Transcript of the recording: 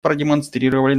продемонстрировали